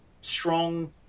strong